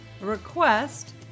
request